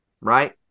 Right